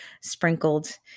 sprinkled